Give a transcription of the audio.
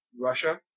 Russia